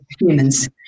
humans